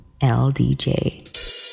ldj